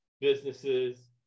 businesses